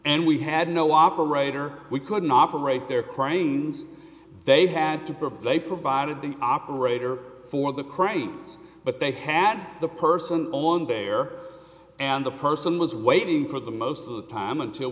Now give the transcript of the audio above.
and we had no operator we couldn't operate their crying's they had to provide a provided the operator for the cranes but they had the person on there and the person was waiting for the most of the time until